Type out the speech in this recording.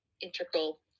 integral